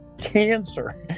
cancer